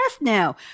now